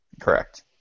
correct